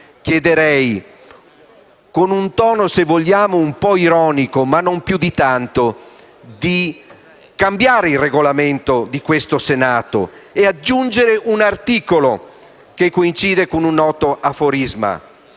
chiederei con un tono se vogliamo un po' ironico ma non più di tanto, di cambiare il Regolamento di questo Senato e aggiungere un articolo che coincide con un noto aforisma: